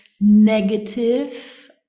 Negative